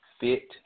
fit